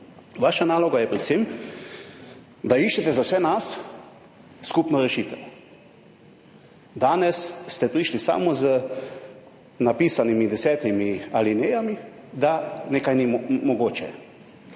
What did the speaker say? Vaša naloga je predvsem, da iščete za vse nas skupno rešitev. Danes ste prišli samo z napisanimi desetimi alinejami, da nekaj ni mogoče. Jaz